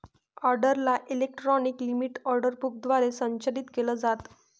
ऑर्डरला electronic limit order book द्वारे संचालित केलं जातं